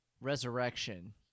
Resurrection